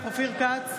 אופיר כץ,